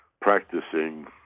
practicing